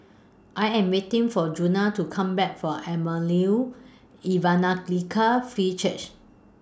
I Am waiting For Juana to Come Back from Emmanuel Evangelical Free Church